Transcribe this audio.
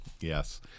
Yes